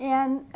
and.